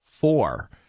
Four